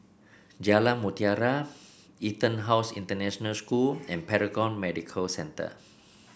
Jalan Mutiara EtonHouse International School and Paragon Medical Centre